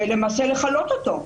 ולמעשה לכלות אותו,